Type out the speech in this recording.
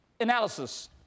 analysis